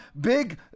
big